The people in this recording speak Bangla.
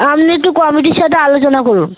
আপনি একটু কমিটির সাথে আলোচনা করুন